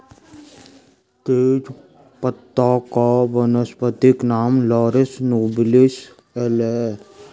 तेजपत्ता का वानस्पतिक नाम लॉरस नोबिलिस एल है